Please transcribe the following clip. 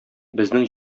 безнең